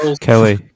Kelly